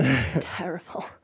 terrible